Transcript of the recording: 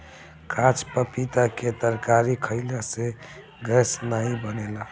काच पपीता के तरकारी खयिला से गैस नाइ बनेला